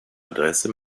adresse